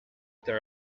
know